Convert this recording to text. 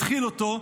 התחיל אותו,